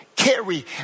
carry